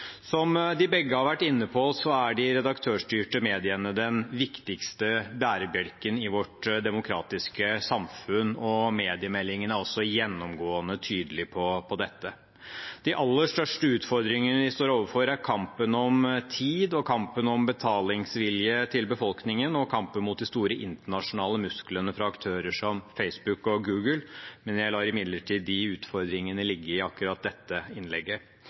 Som de begge har vært inne på, er de redaktørstyrte mediene den viktigste bærebjelken i vårt demokratiske samfunn, og mediemeldingen er også gjennomgående tydelig på dette. De aller største utfordringene vi står overfor, er kampen om tid, kampen om befolkningens betalingsvilje og kampen mot de store internasjonale musklene hos aktører som Facebook og Google. Jeg lar imidlertid de utfordringene ligge i akkurat dette innlegget.